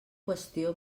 qüestió